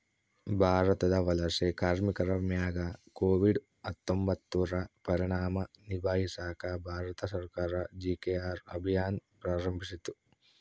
ಭಾರತದ ವಲಸೆ ಕಾರ್ಮಿಕರ ಮ್ಯಾಗ ಕೋವಿಡ್ ಹತ್ತೊಂಬತ್ತುರ ಪರಿಣಾಮ ನಿಭಾಯಿಸಾಕ ಭಾರತ ಸರ್ಕಾರ ಜಿ.ಕೆ.ಆರ್ ಅಭಿಯಾನ್ ಪ್ರಾರಂಭಿಸಿತು